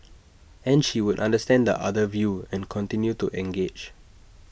and she would understand the other view and continue to engage